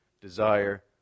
desire